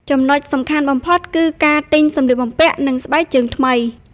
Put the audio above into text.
ចំណុចសំខាន់បំផុតគឺការ ទិញសម្លៀកបំពាក់និងស្បែកជើងថ្មី។